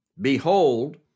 behold